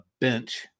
bench